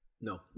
No